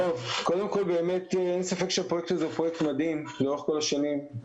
אין ספק, הפרויקט הזה מדהים לאורך כל השנים.